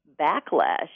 backlash